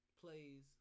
plays